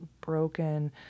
broken